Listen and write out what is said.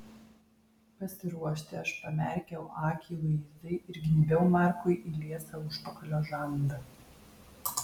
pasiruošti aš pamerkiau akį luizai ir gnybiau markui į liesą užpakalio žandą